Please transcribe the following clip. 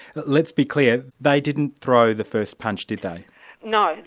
let's be clear they didn't throw the first punch, did they? no.